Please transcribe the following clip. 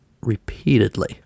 repeatedly